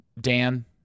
Dan